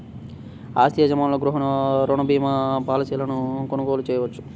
ఆస్తి యజమానులు గృహ రుణ భీమా పాలసీలను కొనుగోలు చేయవచ్చు